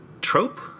trope